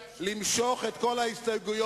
לתפקיד סגן שר במשרד הבריאות,